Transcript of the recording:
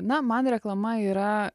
na man reklama yra